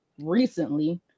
recently –